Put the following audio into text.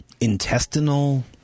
intestinal